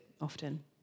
often